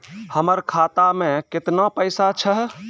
हमर खाता मैं केतना पैसा छह?